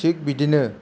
थिक बिदिनो